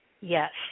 yes